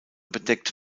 bedeckt